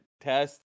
test